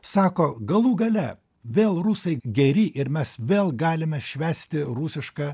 sako galų gale vėl rusai geri ir mes vėl galime švęsti rusišką